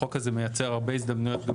החוק הזה מייצר הרבה הזדמנויות גם